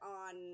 on